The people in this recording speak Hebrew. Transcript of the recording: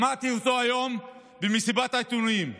שמעתי אותו היום במסיבת העיתונאים שכינס,